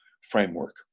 framework